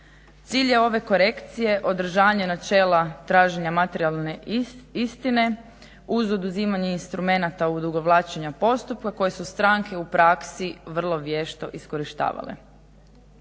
Cilj je ove korekcije održavanje načela traženja materijalne istine uz oduzimanje instrumenata odugovlačenja postupka koje su stranke u praksi vrlo vješto iskorištavale.